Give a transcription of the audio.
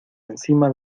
encima